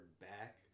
back